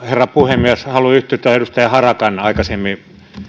herra puhemies haluan yhtyä edustaja harakan aikaisemmin